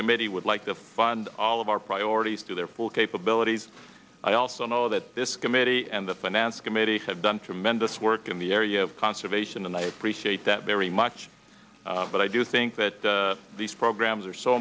committee would like to fund all of our priorities to their full capabilities i also know that this committee and the finance committee have done tremendous work in the area of conservation and i appreciate that very much but i do think that these programs are so